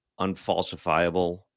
unfalsifiable